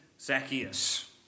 Zacchaeus